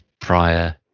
prior